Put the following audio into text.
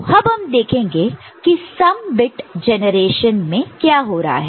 तो अब हम देखेंगे कि सम बिट जनरेशन में क्या हो रहा है